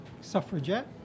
suffragette